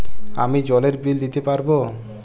আমি জলের বিল দিতে পারবো?